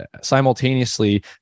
simultaneously